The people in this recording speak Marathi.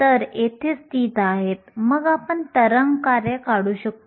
मी येथे बँड आकृती दर्शवितो